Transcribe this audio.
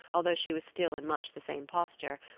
although she was still in much the same posture,